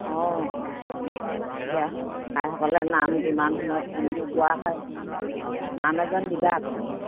অঁ এতিয়া আইসকলে নাম কিমান সময়ত কোনটো গোৱা হয় নাম দিবা তুমি